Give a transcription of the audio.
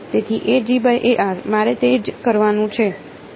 તેથી મારે તે જ કરવાનું છે